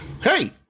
Hey